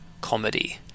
comedy